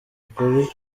ukuri